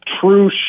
true